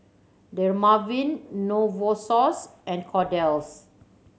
Dermaveen Novosource and Kordel's